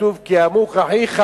היושבת-ראש,